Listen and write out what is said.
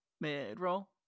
Mid-roll